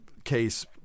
case